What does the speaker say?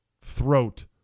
throat